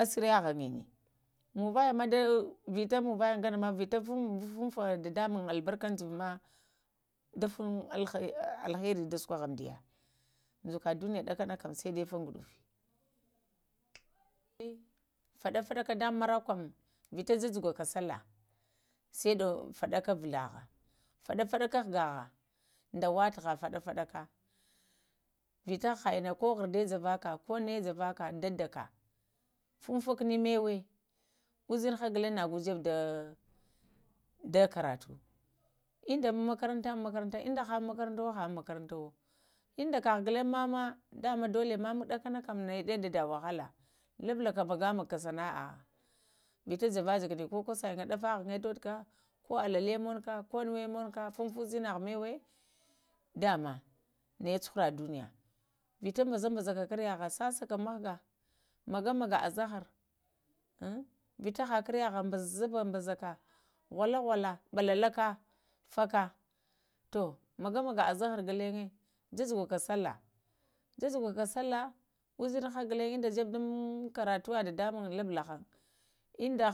Asəraya ghaŋənə, munvaya ma dai vita munvaga gana ma fanfa dadamŋwo albarka juvama da fuŋ alhari da suwoho amdiya zuka duniya ɗakanakau sai fa guɗufu əɓ faɗa-faɗaka dama marakwa kam, vita ja-jugaka sallah sal faɗaaka hagaha, faɗafaŋa ka hagaha, da watuva faɗa-faɗa ka vita ha ina ko harɗa javaka, ko nə javaka dadaka funfa-kudə mawə uzinha ghulanya na go jebuhang da karatu inda makaranta, makaranta, inda ka makarantuwa ha makarantuwo, tunda kaho gulana na ma dama dola mamudakaan nəɗa dada wahala, lubulaka maga magaka sana'a vita javajaka ko kosaya, ɗafa ghəŋyə doduka alele monuka funfu ushinaha mawe, da ma naya cuhura dunəya, vita bazabazaka karaha sasa ka mghga magamaga azahar, ah vita hakaraha bazazubazaka vwa-la-vow la ka faka to magamagaha zəhur gulənya ju-jugaka sallah, jujugaka sallah uzinha ghulaya də jebe dun karatuwa dadamuŋm lubulahan inda